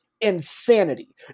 Insanity